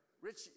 rich